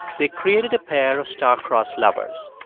they created a pair of star-crossed lovers,